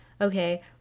okay